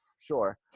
Sure